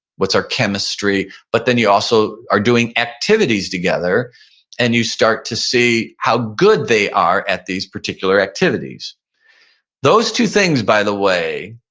what's our chemistry? but then you also are doing activities together and you start to see how good they are at these particular activities those two things by the way,